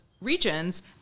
regions